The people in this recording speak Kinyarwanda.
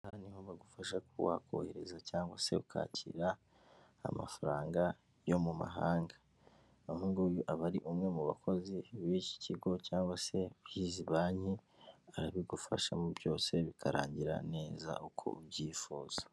Aha niho bagufasha ku wakohereza cyangwa se ukakira amafaranga yo mu mahanga. Uyu ni umwe mu bakozi b'iki kigo cyangwa se bizi banki, barabigufashamo byose bikarangira neza uko ubyifuza.